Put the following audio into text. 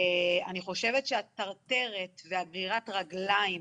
אני חושבת שהטרטרת וגרירת הרגליים